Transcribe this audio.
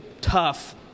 tough